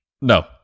No